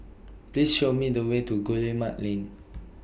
Please Show Me The Way to Guillemard Lane